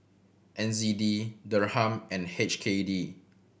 N Z D Dirham and H K D